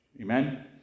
amen